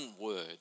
word